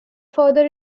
further